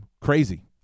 crazy